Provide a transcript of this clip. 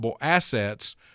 assets